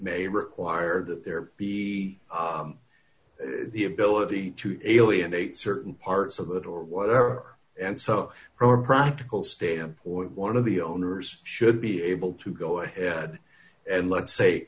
may require that there be the ability to alienate certain parts of it or whatever and so pro or practical stamp or one of the owners should be able to go ahead and let's say